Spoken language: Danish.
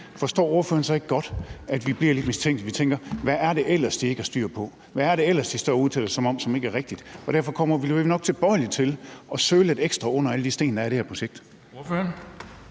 forstår ordføreren så ikke godt, at vi bliver lidt mistænkelige, og at vi tænker: Hvad er det ellers, de ikke har styr på, og hvad er det ellers, de står og udtaler sig om, som ikke er rigtigt? Derfor er vi nok tilbøjelige til at søge lidt ekstra under alle de sten, der er i det